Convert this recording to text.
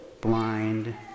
Blind